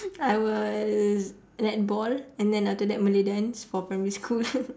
I was netball and then after that malay dance for primary school